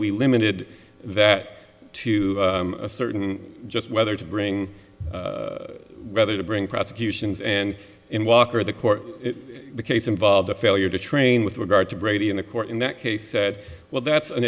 we limited that to a certain just whether to bring rather to bring prosecutions and in walker the court case involved a failure to train with regard to brady in a court in that case said well that's an